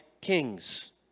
kings